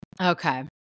Okay